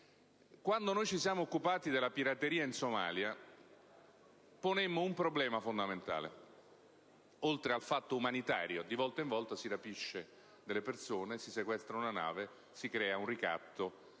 Quando ci siamo occupati della pirateria in Somalia, ponemmo un problema fondamentale, oltre al fatto umanitario: di volta in volta si rapiscono persone, si sequestrano navi, si creano ricatti,